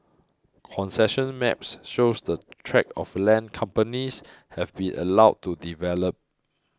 concession maps shows the tracts of land companies have been allowed to develop